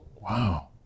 wow